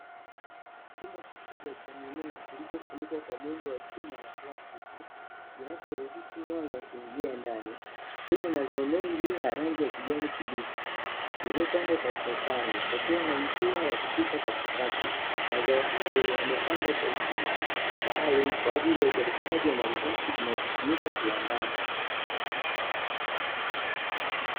Chumba kikubwa cha mimea kilichofunikwa kwa muundo wa chuma na plastiki kinachoruhusu mwanga kuingia ndani. Chenye mazao mengi ya rangi ya kijani kibichi yaliyopandwa kwa mfuatano pakiwa na njia ya kupita katikati. Mazao hayo yamepandwa kwa ustadi maalumu kwa ajili ya uzalishaji wa malighafi zinazotumika kiwandani.